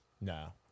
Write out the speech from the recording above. No